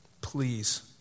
Please